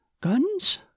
Guns